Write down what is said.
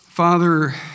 Father